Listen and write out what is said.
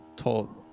told